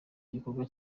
gikorwa